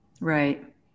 Right